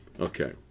okay